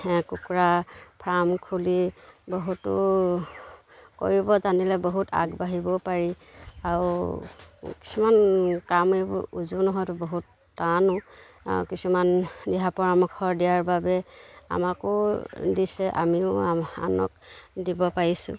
কুকুৰা ফাৰ্ম খুলি বহুতো কৰিব জানিলে বহুত আগবাঢ়িবও পাৰি আৰু কিছুমান কাম এইবোৰ উজো নহয়তো বহুত টানো কিছুমান দিহা পৰামৰ্শ দিয়াৰ বাবে আমাকো দিছে আমিও আনক দিব পাৰিছোঁ